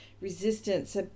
resistance